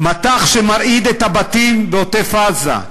מטח שמרעיד את הבתים בעוטף-עזה,